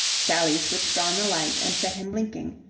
sally switched on the light and set him blinking.